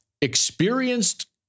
experienced